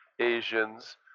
Asians